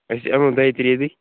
أسۍ یِمو دۄیہِ ترٛییہِ دۄہۍ